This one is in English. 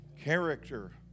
character